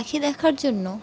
পাখি দেখার জন্য